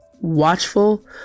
watchful